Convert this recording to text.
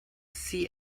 see